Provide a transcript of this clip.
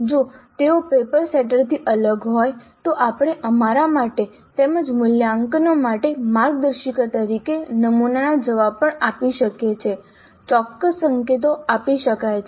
જો તેઓ પેપર સેટરથી અલગ હોય તો આપણે અમારા માટે તેમજ મૂલ્યાંકનકારો માટે માર્ગદર્શિકા તરીકે નમૂના જવાબ પણ આપી શકીએ છીએ ચોક્કસ સંકેતો આપી શકાય છે